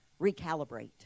recalibrate